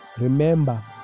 Remember